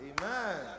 Amen